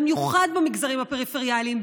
במיוחד במגזרים הפריפריאליים,